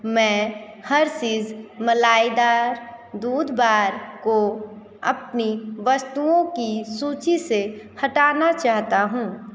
मैं हर्सीज़ मलाईदार दूध बार को अपनी वस्तुओं की सूची से हटाना चाहता हूँ